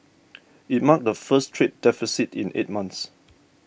it marked the first trade deficit in eight months